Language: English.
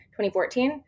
2014